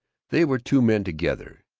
they were two men together.